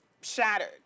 shattered